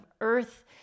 Earth